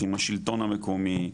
עם השלטון המקומי,